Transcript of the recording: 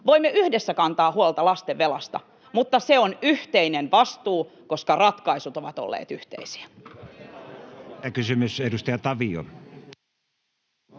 Pitääkö kaikki tehdä velaksi?] mutta se on yhteinen vastuu, koska ratkaisut ovat olleet yhteisiä.